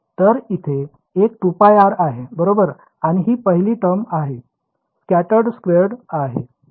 तर इथे एक 2πr आहे बरोबर आणि ही पहिली टर्म इथे स्कॅटर्ड स्क्वेअर्ड आहे